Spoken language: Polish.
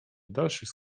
dalszych